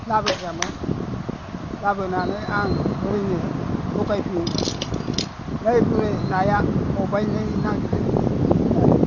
लाबोग्रामोन लाबोनानै आं बुरैनो थगायफैयोमोन नै बुरै नाया खबाइनै नांदोलै दिनै होननानै